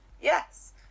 yes